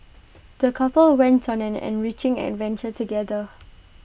the couple went on an enriching adventure together